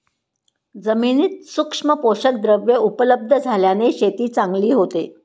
जमिनीत सूक्ष्म पोषकद्रव्ये उपलब्ध झाल्याने शेती चांगली होते